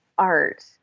art